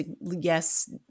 Yes